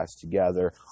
together